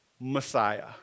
Messiah